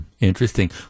interesting